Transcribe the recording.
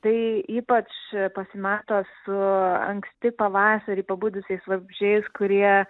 tai ypač pasimato su anksti pavasarį pabudusiais vabzdžiais kurie